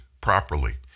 properly